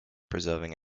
preserving